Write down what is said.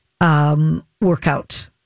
workout